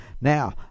Now